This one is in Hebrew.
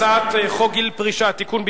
הצעת חוק גיל פרישה (תיקון,